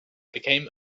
become